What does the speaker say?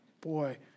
Boy